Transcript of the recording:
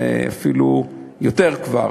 אפילו יותר כבר,